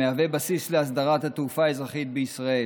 מהווה בסיס להסדרת התעופה האזרחית בישראל